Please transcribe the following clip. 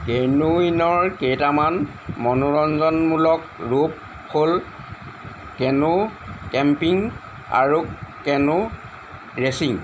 কেনোইনৰ কেইটামান মনোৰঞ্জনমূলক ৰূপ হ'ল কেনো কেম্পিং আৰু কেনো ৰেচিং